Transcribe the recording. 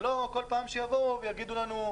ולא שיבואו כל פעם ויגידו לנו,